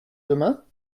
demain